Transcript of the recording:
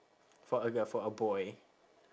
for a girl for a boy